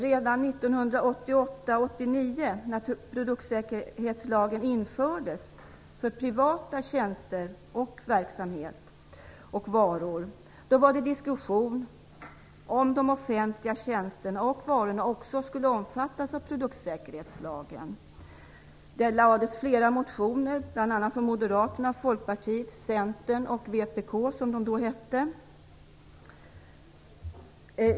Redan 1988/89, när produktsäkerhetslagen för privata tjänster, varor och verksamheter infördes, var det diskussion om de offentliga tjänsterna och varorna skulle omfattas av produktsäkerhetslagen. Det väcktes flera motioner, bl.a. från Moderaterna, Folkpartiet, Centern och vpk, som partiet då hette.